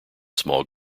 small